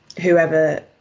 whoever